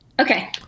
Okay